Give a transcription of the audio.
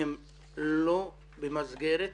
הם לא במסגרת